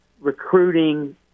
recruiting